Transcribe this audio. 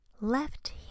left